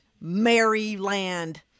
Maryland